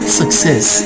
success